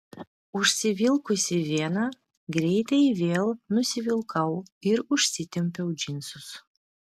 užsivilkusi vieną greitai vėl nusivilkau ir užsitempiau džinsus